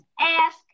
ask